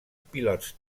pilots